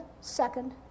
second